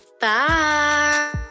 bye